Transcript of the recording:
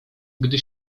gdy